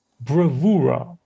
bravura